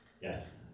Yes